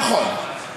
נכון.